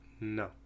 No